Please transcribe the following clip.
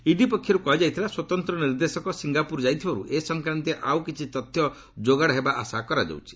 ED ପକ୍ଷରୁ କୁହାଯାଇଥିଲା ସ୍ୱତନ୍ତ ନିର୍ଦ୍ଦେଶକ ସିଙ୍ଗାପୁର ଯାଇଥିବାରୁ ଏ ସଂକ୍ରାନ୍ତୀୟ ଆଉ କିଛି ତଥ୍ୟ ଯୋଗାଡ ହେବା ଆଶା କରାଯାଉଛି